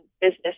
business